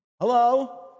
Hello